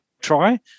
Try